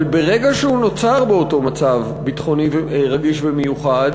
אבל ברגע שהוא נוצר באותו מצב ביטחוני רגיש ומיוחד,